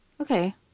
Okay